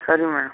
ಸರಿ ಮೇಡಮ್